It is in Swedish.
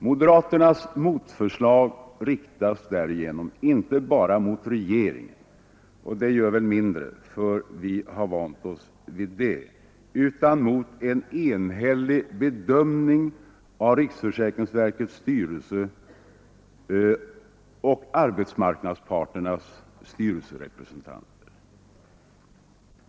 Moderaternas motförslag riktas därigenom inte bara mot regeringen — och det gör väl mindre, för vi har vant oss vid det — utan mot en enhällig bedömning av riksförsäkringsverkets styrelse och arbetsmarknadsparternas styrelserepresentanter.